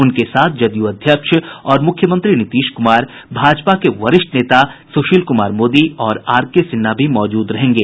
उनके साथ जदयू अध्यक्ष और मुख्यमंत्री नीतीश कुमार भाजपा के वरिष्ठ नेता सुशील कुमार मोदी और आरके सिन्हा भी मौजूद रहेंगे